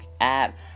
app